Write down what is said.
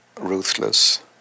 ruthless